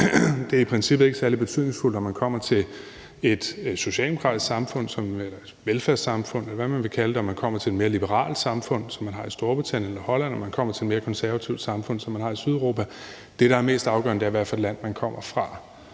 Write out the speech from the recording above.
Det er i princippet ikke særlig betydningsfuldt, om man kommer til et socialdemokratisk samfund, et velfærdssamfund, eller hvad man vil kalde det, om man kommer til et mere liberalt samfund, som man har i Storbritannien og Holland, eller om man kommer til et mere konservativt samfund, som man har i Sydeuropa. Det, der er mest afgørende, er, hvad for et land man kommer fra,